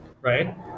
right